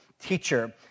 teacher